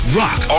rock